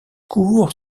cour